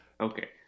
okay